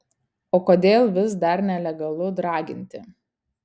o kodėl vis dar nelegalu draginti